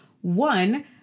One